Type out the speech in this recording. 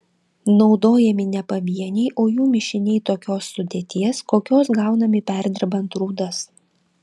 naudojami ne pavieniai o jų mišiniai tokios sudėties kokios gaunami perdirbant rūdas